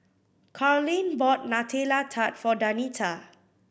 Karlene bought Nutella Tart for Danita